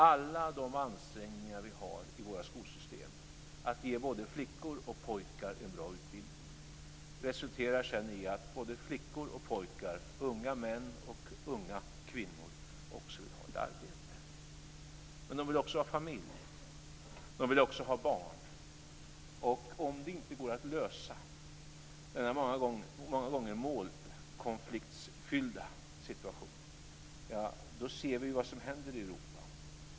Alla de ansträngningar som vi har i våra skolsystem för att ge både flickor och pojkar en bra utbildning resulterar sedan i att både flickor och pojkar, unga män och unga kvinnor, också vill ha ett arbete. Men de vill också ha familj. De vill också ha barn. Vi ser vad som händer i Europa om denna många gånger målkonfliktsfyllda situation inte går att lösa.